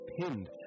pinned